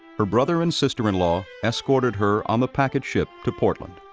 her brother and sister-in-law escorted her on the packet ship to portland.